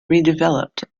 redeveloped